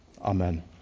Amen